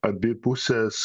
abi pusės